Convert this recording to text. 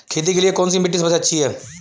खेती के लिए कौन सी मिट्टी सबसे अच्छी है?